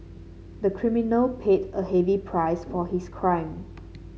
the criminal paid a heavy price for his crime